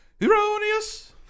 Erroneous